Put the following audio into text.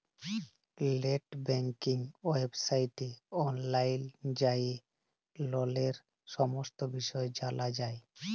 late banking ওয়েবসাইটে অললাইল যাঁয়ে ললের সমস্ত বিষয় জালা যায়